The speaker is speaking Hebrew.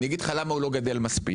אני אגיד לך למה הוא לא גדל מספיק.